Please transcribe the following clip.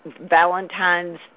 Valentine's